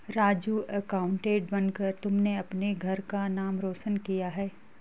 Raju accountant बनकर तुमने अपने घर का नाम रोशन किया है